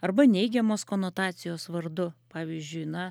arba neigiamos konotacijos vardu pavyzdžiui na